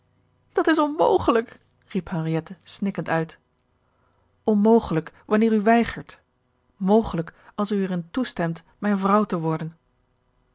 dat is onmogelijk riep henriette snikkend uit onmogelijk wanneer u weigert mogelijk als u er in toestemt mijne vrouw te worden